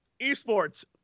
esports